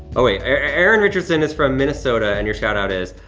oh, wait, erin erin richardson is from minnesota, and your shout-out is,